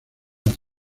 las